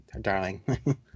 darling